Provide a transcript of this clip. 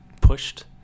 pushed